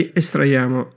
estraiamo